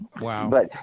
Wow